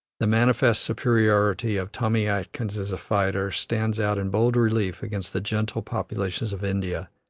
the manifest superiority of tommy atkins as a fighter stands out in bold relief against the gentle populations of india,